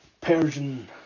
Persian